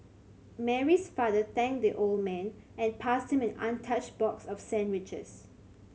Mary's father thanked the old man and passed him an untouched box of sandwiches